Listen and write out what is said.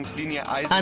the new